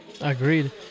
agreed